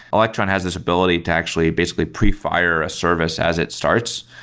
electron has this ability to actually basically pre-fire a service as it starts.